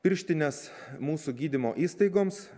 pirštinės mūsų gydymo įstaigoms